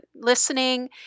listening